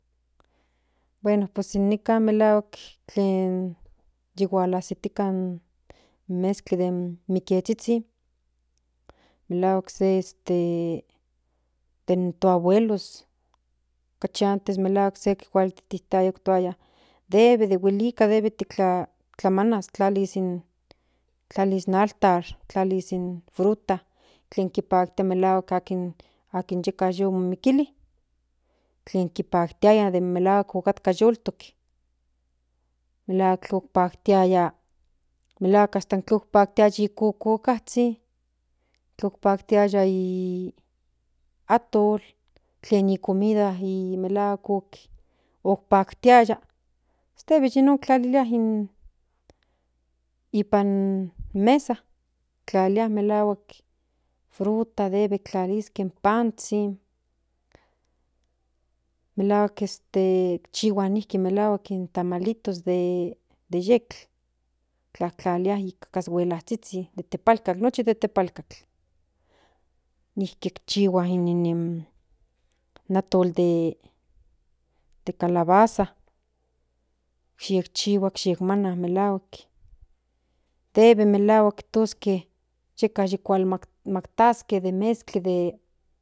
Bueno pues in nkan melahuak ee yihualazitikan in mezkli de miekizhizhin melahuak se den te abuelos kaci antes melahuak se kualakintaia debe de huelika debe de tlamanas tlalis in altar tlali in fruta tlen kinpaktia melahuak akin in yekan yu m ikili tlen kinpaktiaya melahuak otekatka yultik melahuak okpaktiaya inn cocokazhin intla paktiaya in atol tlen ni comida melahuak o okoaktiaya pues debe yi non tlalia nipan mesa tlalia melahuak fruta debe tlaliske in panzhin melahak chihua este melahuak in tamalitos den de yetl kintlalia nikan cashuelazhizhin de tepalkat nochi de tepalkat nijki ikchihua in nin atol de calabaza yi ek chihua melahuak debe malahuak toske yeka kualmaktaske den mezkli de